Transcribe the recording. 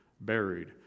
buried